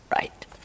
right